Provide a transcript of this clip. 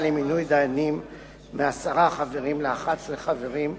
למינוי דיינים מעשרה חברים ל-11 חברים,